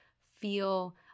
feel